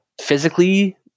physically